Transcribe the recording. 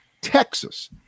Texas